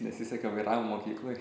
nesisekė vairavimo mokykloj